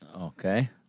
Okay